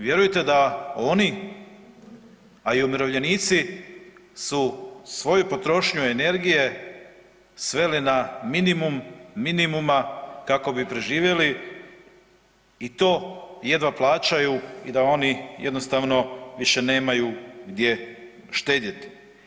Vjerujte da oni, a i umirovljenici su svoju potrošnju energije sveli na minimum minimuma kako bi preživjeli i to jedva plaćaju i da oni jednostavno više nemaju gdje štedjeti.